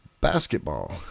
basketball